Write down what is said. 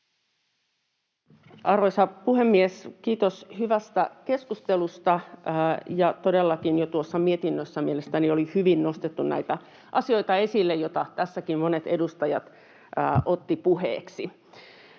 Arvoisa puhemies! Kiitos hyvästä keskustelusta. Todellakin jo tuossa mietinnössä mielestäni oli hyvin nostettu näitä asioita esille, joita tässäkin monet edustajat ottivat puheeksi.